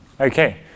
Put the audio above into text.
okay